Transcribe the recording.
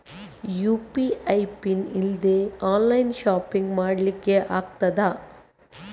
UPI pin ಇಲ್ದೆ online shopping ಮಾಡ್ಲಿಕ್ಕೆ ಆಗ್ತದಾ?